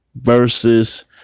versus